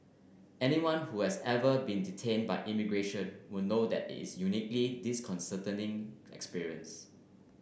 anyone who has ever been detained by immigration would know that it is a uniquely disconcerting experience